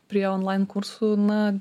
prie online kursų na